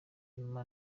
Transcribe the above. nyuma